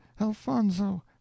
Alfonso